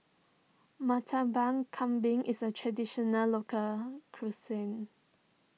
Murtabak Kambing is a Traditional Local Cuisine